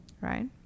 right